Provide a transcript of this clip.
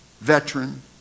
veteran